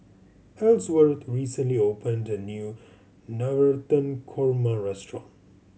Ellsworth recently opened a new Navratan Korma restaurant